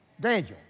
Daniel